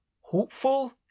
hopeful